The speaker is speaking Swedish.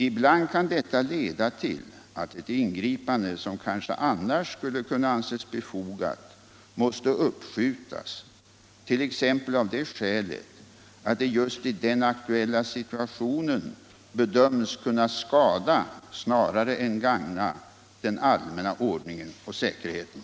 Ibland kan detta leda till att ett in== gripande som kanske annars skulle kunna anses befogat måste uppskjutas, Om principerna för t.ex. av det skälet att det just i den aktuella situationen bedöms kunna = visst slag av skada snarare än gagna den allmänna ordningen och säkerheten.